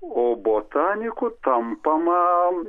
o botanikų tampama